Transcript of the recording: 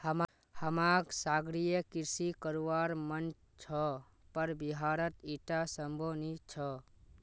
हमाक सागरीय कृषि करवार मन छ पर बिहारत ईटा संभव नी छ